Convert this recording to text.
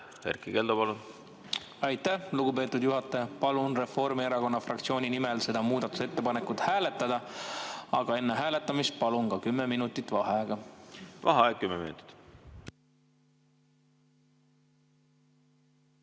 Erkki Keldo, palun! Aitäh, lugupeetud juhataja! Palun Reformierakonna fraktsiooni nimel seda muudatusettepanekut hääletada, aga enne hääletamist palun ka kümme minutit vaheaega. Vaheaeg kümme minutit.V